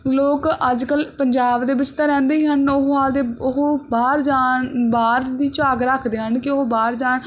ਲੋਕ ਅੱਜ ਕੱਲ੍ਹ ਪੰਜਾਬ ਦੇ ਵਿੱਚ ਤਾਂ ਰਹਿੰਦੇ ਹੀ ਹਨ ਉਹ ਆਪਦੇ ਉਹ ਬਾਹਰ ਜਾਣ ਬਾਹਰ ਦੀ ਝਾਕ ਰੱਖਦੇ ਹਨ ਕਿ ਉਹ ਬਾਹਰ ਜਾਣ